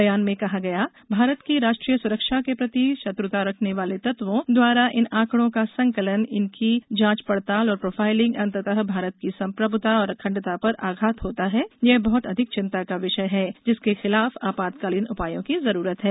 बयान में कहा गया भारत की राष्ट्रीय सुरक्षा के प्रति शत्रुता रखने वाले तत्वों द्वारा इन आंकड़ों का संकलन इसकी जांच पड़ताल और प्रोफाइलिंग अंततः भारत की संप्रभुता और अखंडता पर आघात होता है यह बहुत अधिक चिंता का विषय है जिसके खिलाफ आपातकालीन उपायों की जरूरत है